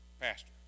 Pastor